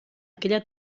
aquella